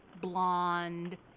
blonde